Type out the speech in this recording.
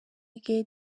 gate